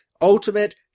Ultimate